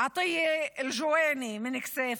עטיה אל ג'וני מכסייפה,